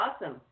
awesome